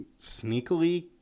sneakily